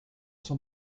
sont